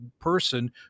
person